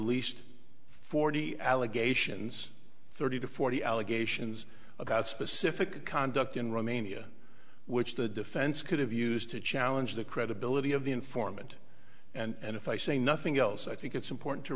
least forty allegations thirty to forty allegations about specific conduct in romania which the defense could have used to challenge the credibility of the informant and if i say nothing else i think it's important to